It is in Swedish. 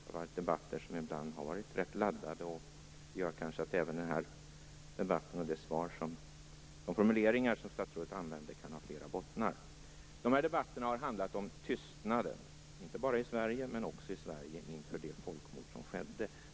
Det har varit debatter som ibland har varit rätt laddade, och det gör kanske att även den här debatten och de formuleringar som statsrådet använder kan ha flera bottnar. Debatterna har handlat om tystnaden, inte bara i Sverige, inför det folkmord som skedde.